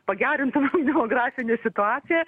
pagerintume demografinę situaciją